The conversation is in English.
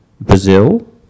Brazil